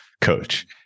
coach